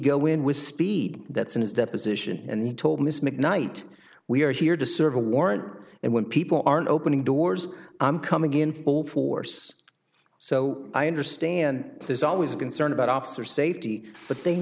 go in with speed that's in his deposition and he told miss mcknight we're here to serve a warrant and when people aren't opening doors i'm coming in full force so i understand there's always a concern about officer safety but they